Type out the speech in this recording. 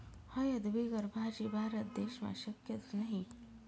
हयद बिगर भाजी? भारत देशमा शक्यच नही